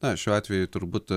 na šiuo atveju turbūt